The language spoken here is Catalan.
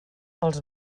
els